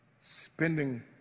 Spending